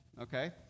okay